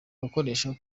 gakoresho